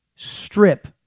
strip